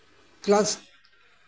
class